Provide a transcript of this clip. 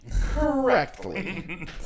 correctly